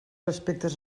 aspectes